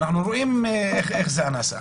אנו רואים איך זה נעשה.